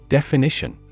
Definition